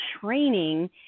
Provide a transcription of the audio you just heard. training